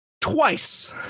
Twice